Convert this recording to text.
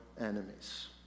enemies